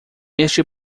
este